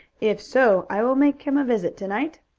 if so, i will make him a visit to-night.